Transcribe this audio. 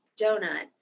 donut